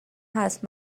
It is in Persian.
هست